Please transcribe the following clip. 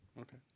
Okay